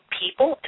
people